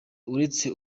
uretse